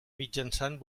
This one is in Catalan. mitjançant